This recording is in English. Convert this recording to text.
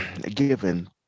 given